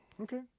Okay